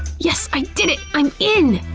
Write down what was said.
yes! i did it! i'm in!